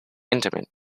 intimate